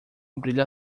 brilha